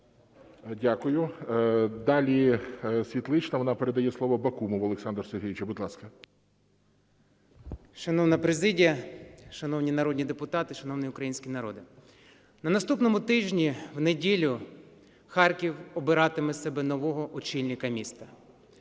Дякую. Далі Світлична, вона передає слово Бакумову Олександру Сергійовичу. Будь ласка. 13:34:41 БАКУМОВ О.С. Шановна президія, шановні народні депутати, шановний український народе! На наступному тижні, в неділю, Харків обиратиме собі нового очільника міста.